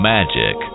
Magic